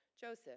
Joseph